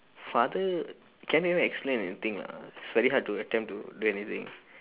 father can't even explain anything lah it's very hard to attempt to do anything